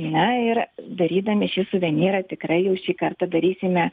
na ir darydami šį suvenyrą tikrai jau šį kartą darysime